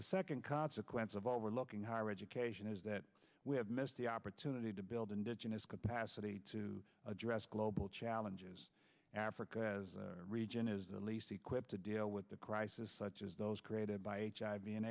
the second consequence of overlooking higher education is that we have missed the opportunity to build indigenous capacity to address global challenges africa as a region is the least equipped to deal with the crisis such as those created by